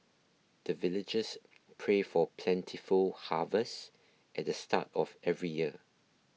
the villagers pray for plentiful harvest at the start of every year